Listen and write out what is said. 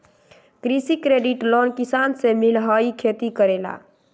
कृषि credit loan किसान के मिलहई खेती करेला?